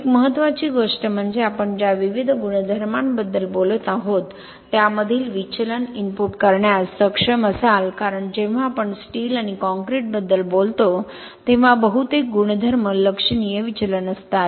एक महत्त्वाची गोष्ट म्हणजे आपण ज्या विविध गुणधर्मांबद्दल बोलत आहोत त्यामधील विचलन इनपुट करण्यास सक्षम असाल कारण जेव्हा आपण स्टील आणि काँक्रीटबद्दल बोलतो तेव्हा बहुतेक गुणधर्म लक्षणीय विचलन असतात